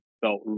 felt